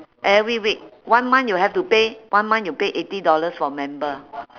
every week one month you have to pay one month you pay eighty dollars for member